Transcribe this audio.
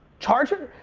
charge it,